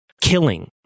killing